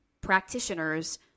practitioners